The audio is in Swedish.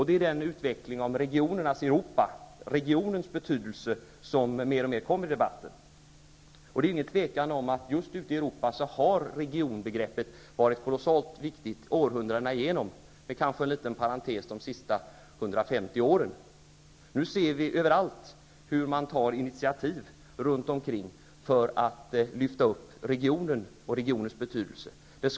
Det är inget tvivel om att i Europa regionbegreppet har varit kolossalt viktigt århundradena igenom, med kanske en liten parentes under de senaste 150 åren. Vi ser nu överallt hur initiativ tas för att lyfta upp regionen och regionens betydelse.